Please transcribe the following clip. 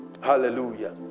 Hallelujah